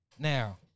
Now